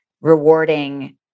rewarding